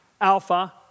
Alpha